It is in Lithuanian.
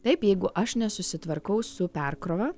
taip jeigu aš nesusitvarkau su perkrova